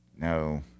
No